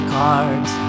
cards